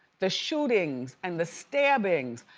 the shootings and the stabbings,